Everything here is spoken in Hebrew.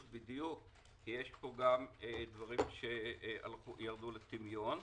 בדיוק כי יש פה גם דברים שירדו לטמיון.